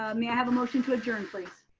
ah may i have a motion to adjourn, please?